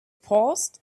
paused